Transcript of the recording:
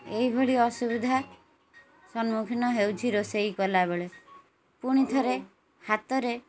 ଏଇଭଳି ଅସୁବିଧା ସମ୍ମୁଖୀନ ହେଉଛି ରୋଷେଇ କଲାବେଳେ ପୁଣିଥରେ ହାତରେ